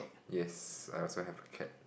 yes I also have a cat